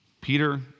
Peter